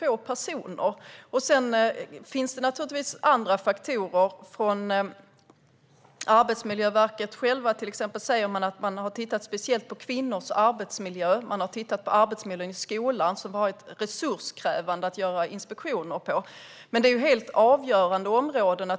Men det finns naturligtvis också andra faktorer. Från Arbetsmiljöverket säger man till exempel att man har tittat speciellt på kvinnors arbetsmiljö. Man har tittat på arbetsmiljön i skolan, som det har varit resurskrävande att göra inspektioner av. Men det är ändå helt avgörande områden.